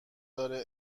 داره